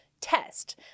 test